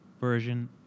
version